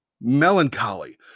melancholy